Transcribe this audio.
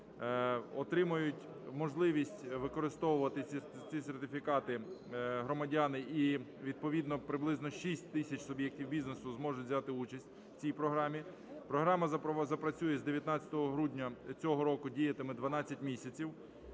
Отримають можливість використовувати ці сертифікати громадяни, і відповідно приблизно 6 тисяч суб'єктів бізнесу зможуть взяти участь у цій програмі. Програма запрацює з 19 грудня цього року, діятиме 12 місяців.